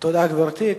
תודה, גברתי.